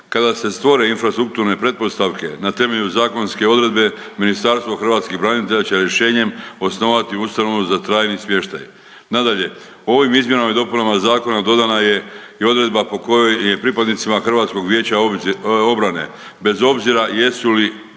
Kada se stvore infrastrukture pretpostavke na temelju zakonske odredbe Ministarstvo hrvatskih branitelja će rješenjem osnovati ustanovu za trajni smještaj. Nadalje, ovim izmjenama i dopunama zakona dodana je i odredba po kojoj je pripadnicima HVO-a bez obzira jesu li